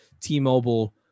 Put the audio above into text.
T-Mobile